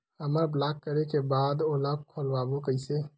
हमर ब्लॉक करे के बाद ओला खोलवाबो कइसे?